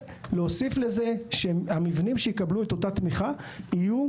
ולהוסיף לזה שהמבנים שיקבלו את אותה תמיכה יהיו